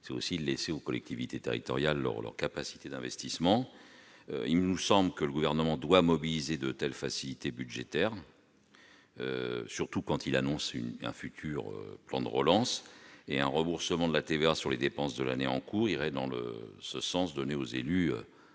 en effet à laisser aux collectivités territoriales leur capacité d'investissement. Il nous semble que le Gouvernement se doit de mobiliser de telles facilités budgétaires, surtout dans la mesure où il annonce un futur plan de relance. Un remboursement de la TVA sur les dépenses de l'année en cours irait dans ce sens, car cela